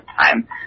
time